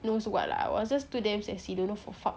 knows what lah I was too damn sassy don't know for fuck